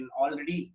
already